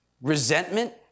resentment